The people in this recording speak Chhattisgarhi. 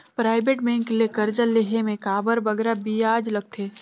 पराइबेट बेंक ले करजा लेहे में काबर बगरा बियाज लगथे